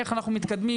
איך אנחנו מתקדמים,